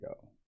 go